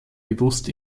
bewusst